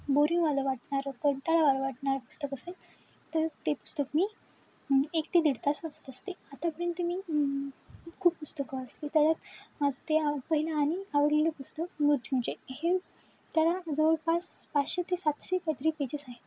बोरिंगवालं वाटणारं कंटाळावालं वाटणारं पुस्तक असेल तर ते पुस्तक मी एक ते दीड तास वाचत असते आतापर्यंत मी खूप पुस्तकं वाचली त्याच्यात माझं ते पहिलं आणि आवडलेलं पुस्तक मृत्यूंजय हे त्याला जवळपास पाचशे ते सातशे कायतरी पेजेस आहेत